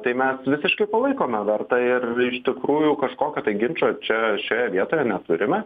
tai mes visiškai palaikome vertą ir iš tikrųjų kažkokio tai ginčo čia šioje vietoje turime